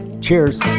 Cheers